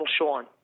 Sean